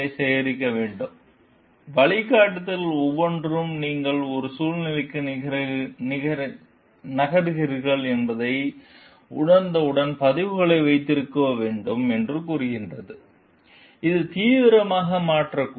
எனவே வழிகாட்டுதல்கள் ஒவ்வொன்றும் நீங்கள் ஒரு சூழ்நிலைக்கு நகர்கிறீர்கள் என்பதை உணர்ந்தவுடன் பதிவுகளை வைத்திருக்க வேண்டும் என்று கூறுகின்றன இது தீவிரமாக மாறக்கூடும்